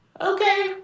okay